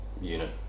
unit